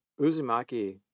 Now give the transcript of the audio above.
Uzumaki